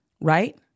Right